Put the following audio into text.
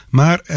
maar